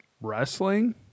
Wrestling